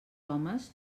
homes